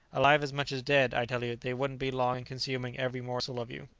alive as much as dead, i tell you, they wouldn't be long in consuming every morsel of you.